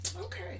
Okay